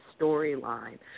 storyline